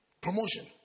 promotion